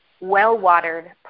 well-watered